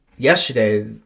yesterday